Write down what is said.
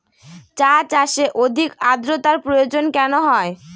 চা চাষে অধিক আদ্রর্তার প্রয়োজন কেন হয়?